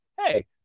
hey